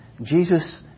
Jesus